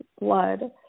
blood